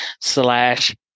slash